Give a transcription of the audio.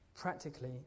Practically